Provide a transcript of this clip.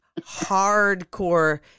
hardcore